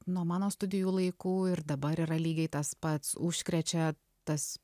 nuo mano studijų laikų ir dabar yra lygiai tas pats užkrečia tas